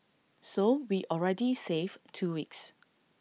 so we already save two weeks